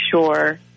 sure